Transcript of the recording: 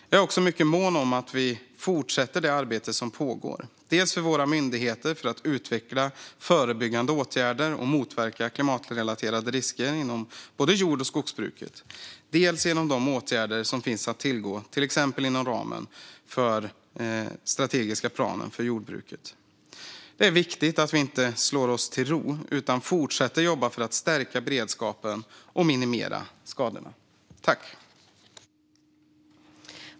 Jag är också mycket mån om att vi fortsätter det arbete som pågår, dels vid våra myndigheter för att utveckla förebyggande åtgärder och motverka klimatrelaterade risker inom både jord och skogsbruket, dels genom de åtgärder som finns att tillgå till exempel inom ramen för den strategiska planen för jordbruket. Det är viktigt att vi inte slår oss till ro utan fortsätter att jobba för att stärka beredskapen och minimera skadorna.